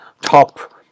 top